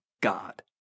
God